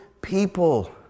people